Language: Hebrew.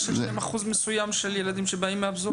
שיש להם אחוז מסוים של ילדים שבאים מהפזורה?